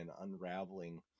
unraveling